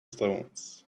stones